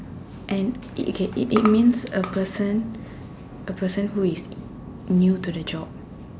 and it it okay it means a person a person who is new to the job